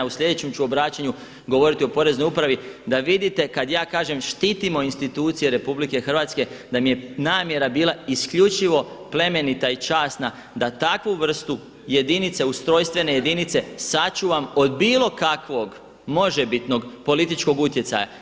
U sljedećem ću obraćanju govoriti o Poreznoj upravi da vidite kad ja kažem štitimo institucije Republike Hrvatske da mi je namjera bila isključivo i plemenita i časna, da takvu vrstu jedinice, ustrojstvene jedinice sačuvam od bilo kakvog možebitnog političkog utjecaja.